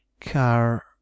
car